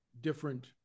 different